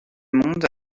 monde